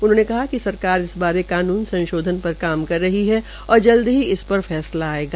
उन्होंने कहा कि सरकार इस बारे कानून संशोधन पर काम कर रही है और जल्द ही इस पर फैसला आयेगा